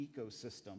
ecosystem